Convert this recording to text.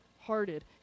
hearted